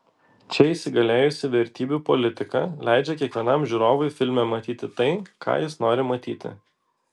čia įsigalėjusi vertybių politika leidžia kiekvienam žiūrovui filme matyti tai ką jis nori matyti